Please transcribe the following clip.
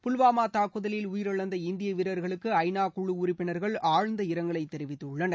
புல்வாமா தாக்குதலில் உயிரிழந்த இந்திய வீரர்களுக்கு ஐநா குழு உறுப்பினர்கள் ஆழ்ந்த இரங்கலை தெரிவித்துள்ளனர்